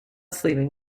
sleeping